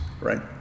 right